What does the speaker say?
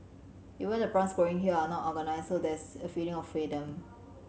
even the plants growing here are not organised so there's a feeling of freedom